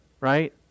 Right